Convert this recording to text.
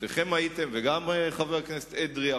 גם חבר הכנסת אדרי,